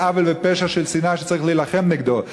עוול ופשע של שנאה שצריך להילחם נגדו,